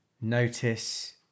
notice